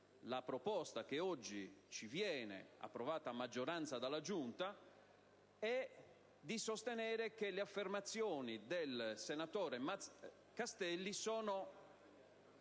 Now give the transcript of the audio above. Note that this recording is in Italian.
La proposta che oggi ci perviene, approvata a maggioranza dalla Giunta, è di sostenere che le affermazioni del senatore Castelli sono